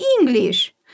English